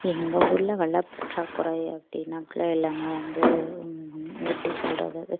எங்கள் ஊரில் வள பற்றாக்குறை அப்படின்னாக்கா எல்லாமே வந்து எப்படி சொல்லுறது அது